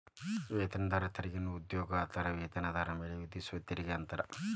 ವೇತನದಾರ ತೆರಿಗೆಯನ್ನ ಉದ್ಯೋಗದಾತರ ವೇತನದಾರ ಮೇಲೆ ವಿಧಿಸುವ ತೆರಿಗೆ ಅಂತಾರ